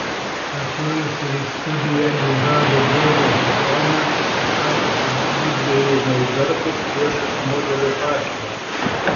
atėjusi į studiją jau rado draugę zuzaną pastačiusią jųdviejų molbertus priešais modelio pakylą